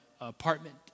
apartment